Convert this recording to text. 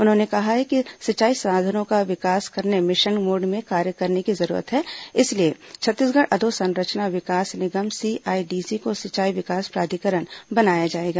उन्होंने कहा है कि सिंचाई साधनों का विकास करने मिशन मोड में कार्य करने की जरूरत है इसलिए छत्तीसगढ़ अधोसंरचना विकास निगम सीआईडीसी को सिंचाई विकास प्राधिकरण बनाया जाएगा